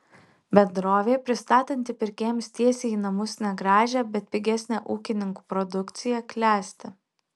bendrovė pristatanti pirkėjams tiesiai į namus negražią bet pigesnę ūkininkų produkciją klesti